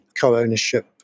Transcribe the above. co-ownership